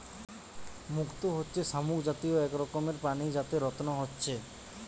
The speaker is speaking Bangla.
মুক্ত হচ্ছে শামুক জাতীয় এক রকমের প্রাণী যাতে রত্ন হচ্ছে